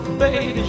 baby